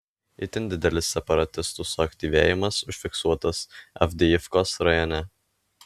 itin didelis separatistų suaktyvėjimas užfiksuotas avdijivkos rajone